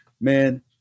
Man